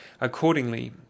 Accordingly